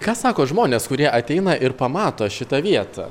ką sako žmonės kurie ateina ir pamato šitą vietą